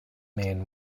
men